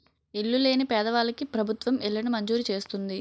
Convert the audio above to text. ఇల్లు లేని పేదవాళ్ళకి ప్రభుత్వం ఇళ్లను మంజూరు చేస్తుంది